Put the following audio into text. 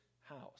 house